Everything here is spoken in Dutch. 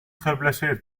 geblesseerd